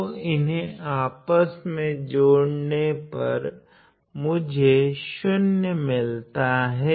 तो इन्हे आपस मे जोड़ने पर मुझे 0 मिलता हैं